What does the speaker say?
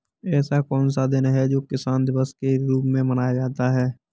ऐसा कौन सा दिन है जो किसान दिवस के रूप में मनाया जाता है?